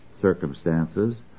circumstances